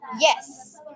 Yes